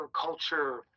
culture